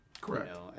Correct